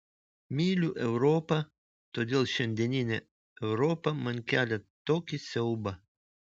myliu europą todėl šiandieninė europa man kelia tokį siaubą